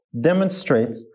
demonstrate